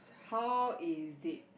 how is it